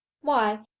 why,